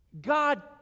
God